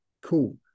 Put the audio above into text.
cool